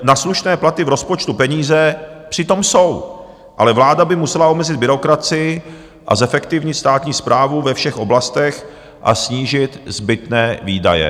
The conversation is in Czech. Na slušné platy v rozpočtu peníze přitom jsou, ale vláda by musela omezit byrokracii a zefektivnit státní správu ve všech oblastech a snížit zbytné výdaje.